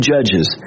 Judges